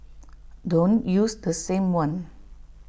don't use the same one